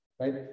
right